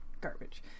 garbage